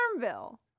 Farmville